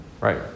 right